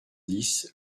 dix